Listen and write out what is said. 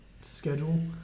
schedule